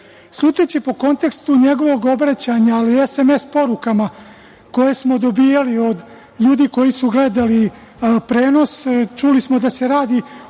po kontekstu njegovog obraćanja, ali i SMS porukama koje smo dobijali od ljudi koji su gledali prenos, čuli smo da se radi o iznošenju